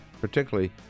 particularly